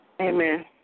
Amen